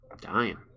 Dying